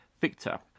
Victor